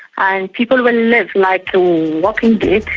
and people will live like walking dead.